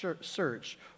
search